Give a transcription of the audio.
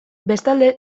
bestalde